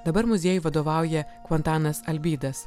dabar muziejui vadovauja kvantanas albydas